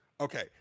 okay